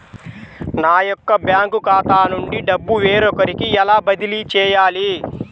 నా యొక్క బ్యాంకు ఖాతా నుండి డబ్బు వేరొకరికి ఎలా బదిలీ చేయాలి?